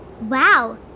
Wow